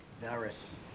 Varus